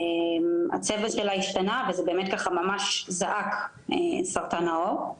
הצבע שלה השתנה וזה באמת ממש זעק סרטן העור,